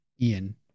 Ian